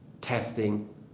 testing